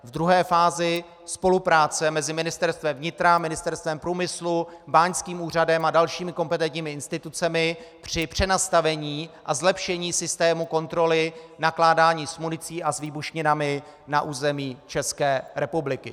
V druhé fázi spolupráce mezi Ministerstvem vnitra, Ministerstvem průmyslu, báňským úřadem a dalšími kompetentními institucemi při přenastavení a zlepšení systému kontroly nakládání s municí a s výbušninami na území České republiky.